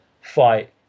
fight